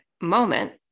moment